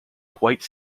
quite